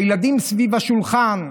הילדים סביב השולחן,